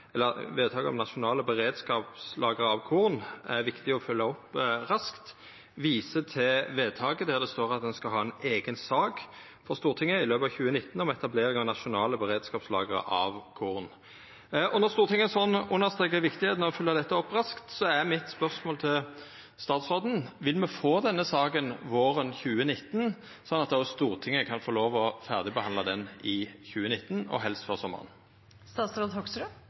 korn er viktig å følgja opp raskt. Ein viser til vedtaket, der det står at ein skal ha ei eiga sak for Stortinget i løpet av 2019 om etablering av nasjonale beredskapslager av korn. Når Stortinget slik understrekar viktigheita av å følgja dette opp raskt, er spørsmålet mitt til statsråden: Vil me få denne saka våren 2019, slik at Stortinget kan få lov til å ferdigbehandla ho i 2019, og helst